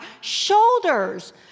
shoulders